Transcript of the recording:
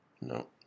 No